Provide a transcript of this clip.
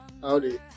Howdy